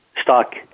stock